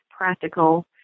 practical